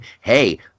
Hey